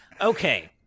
Okay